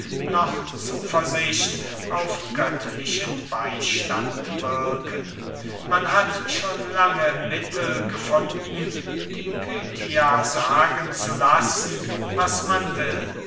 noch zuversicht auf göttlichen beystand wirken man hat schon lange mittel gefunden die pythia sagen zu lassen was man will